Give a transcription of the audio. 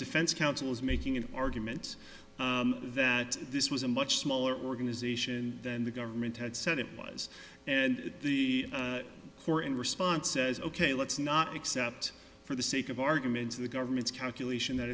defense counsel is making an argument that this was a much smaller organization than the government had said it was and the core in response says ok let's not except for the sake of argument to the government's calculation that